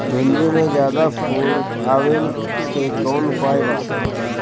भिन्डी में ज्यादा फुल आवे के कौन उपाय बा?